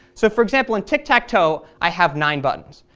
so for example, in tic tac toe i have nine buttons,